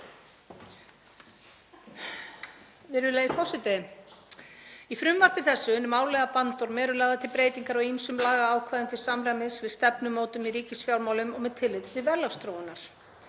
Í frumvarpi þessu, hinum árlega bandormi, eru lagðar til breytingar á ýmsum lagaákvæðum til samræmis við stefnumótun í ríkisfjármálum og með tilliti til verðlagsþróunar.